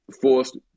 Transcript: forced